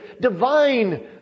divine